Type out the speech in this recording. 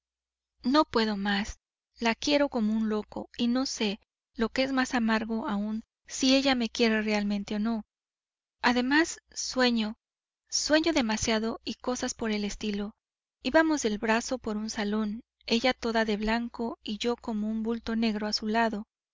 no puedo más la quiero como un loco y no sé lo que es más amargo aún si ella me quiere realmente o no además sueño sueño demasiado y cosas por el estilo ibamos del brazo por un salón ella toda de blanco y yo como un bulto negro a su lado